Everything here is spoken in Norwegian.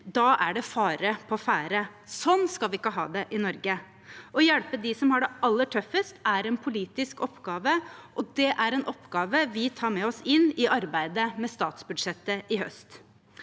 er det fare på ferde. Sånn skal vi ikke ha det i Norge. Å hjelpe dem som har det aller tøffest, er en politisk oppgave, og det er en oppgave vi tar med oss inn i arbeidet med statsbudsjettet i høst.